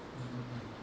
mm mm mm